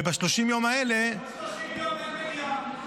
ב-30 היום האלה, עוד 30 יום אין מליאה.